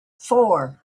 four